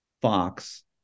Fox